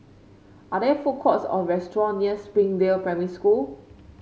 are there food courts or restaurant near Springdale Primary School